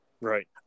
Right